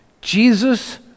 Jesus